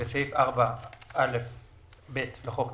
בסעיף 4א(ב) לחוק,